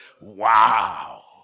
Wow